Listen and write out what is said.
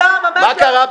מה קרה,